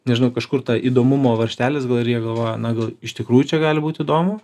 nežinau kažkur ta įdomumo varžtelis gal ir jie galvoja na iš tikrųjų čia gali būt įdomu